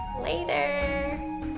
Later